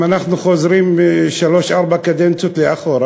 אם אנחנו חוזרים שלוש-ארבע קדנציות לאחור,